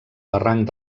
barranc